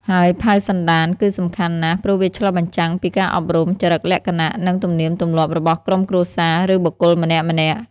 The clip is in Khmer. ហើយ ផៅសន្តាន គឺសំខាន់ណាស់ ព្រោះវាឆ្លុះបញ្ចាំងពីការអប់រំ ចរិតលក្ខណៈ និងទំនៀមទម្លាប់របស់ក្រុមគ្រួសារ ឬបុគ្គលម្នាក់ៗ។